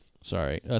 Sorry